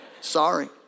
Sorry